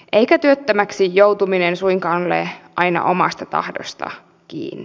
eikä työttömäksi joutuminen suinkaan ole aina omasta tahdosta kiinni